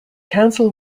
council